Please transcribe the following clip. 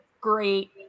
great